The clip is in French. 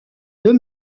deux